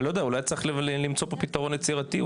אולי צריך למצוא פתרון יצירתי,